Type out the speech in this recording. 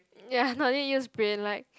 ya no need use brain like